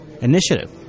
initiative